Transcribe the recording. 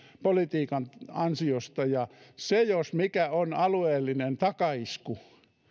politiikan ansiosta ja se jos mikä on alueellinen takaisku